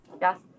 Yes